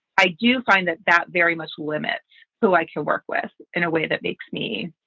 i do find that that very much limits who i can work with in a way that makes me.